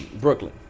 Brooklyn